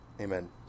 Amen